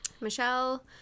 Michelle